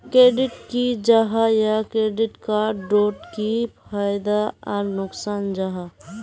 Credit की जाहा या क्रेडिट कार्ड डोट की फायदा आर नुकसान जाहा?